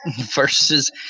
versus